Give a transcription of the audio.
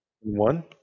one